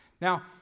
Now